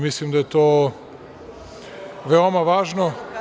Mislim da je to veoma važno.